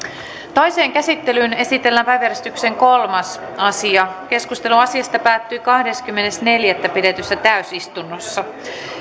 toiseen käsittelyyn esitellään päiväjärjestyksen kolmas asia keskustelu asiasta päättyi kahdeskymmenes neljättä kaksituhattakuusitoista pidetyssä täysistunnossa